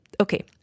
Okay